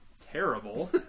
terrible